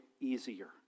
easier